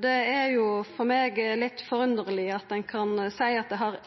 Det er for meg litt forunderleg at ein kan seia at det har